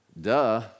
duh